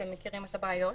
אתם מכירים את הבעיות.